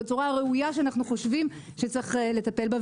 בצורה ראויה שאנחנו חושבים שכך צריך לטפל בהן,